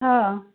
অ'